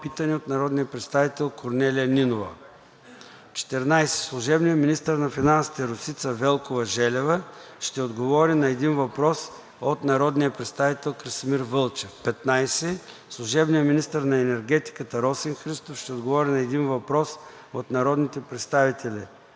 питане от народния представител Корнелия Нинова. 14. Служебният министър на финансите Росица Велкова-Желева ще отговори на един въпрос от народния представител Красимир Вълчев. 15. Служебният министър на енергетиката Росен Христов ще отговори на един въпрос от народните представители